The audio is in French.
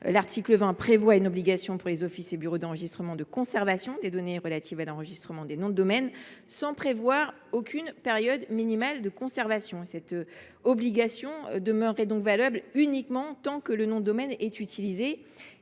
L’article 20 impose aux offices et aux bureaux d’enregistrement de conserver les données relatives à l’enregistrement des noms de domaine, sans prévoir aucune période minimale de conservation. Cette obligation demeurerait donc valable uniquement tant que le nom de domaine est utilisé.